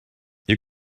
you